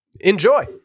Enjoy